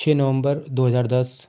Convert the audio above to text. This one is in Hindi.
छ नवम्बर दो हजार दस